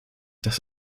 das